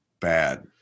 bad